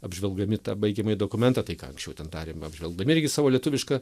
apžvelgdami tą baigiamąjį dokumentą tai ką anksčiau ten darėm apžvelgdami irgi savo lietuvišką